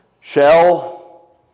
Shell